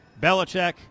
Belichick